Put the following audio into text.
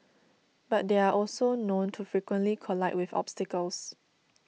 but they are also known to frequently collide with obstacles